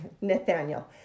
Nathaniel